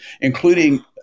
including